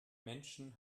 menschen